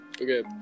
Okay